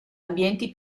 ambienti